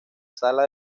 sala